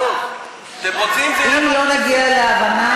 אתם רוצים, בעד,